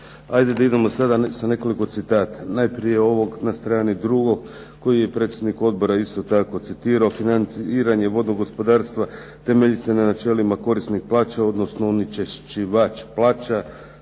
Ajde da idemo najprije sa nekoliko citata, najprije ovog na strani 2. koji je predsjednik Odbora isto tako citirao, financiranje vodnog gospodarstva temelji se na načelima korisnik plaća odnosno onečišćivač plaća